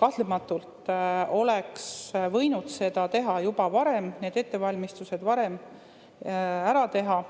Kahtlematult oleks võinud seda teha juba varem, need ettevalmistused varem ära teha.